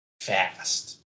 fast